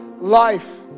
life